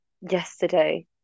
yesterday